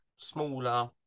smaller